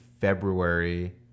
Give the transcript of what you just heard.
February